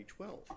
2012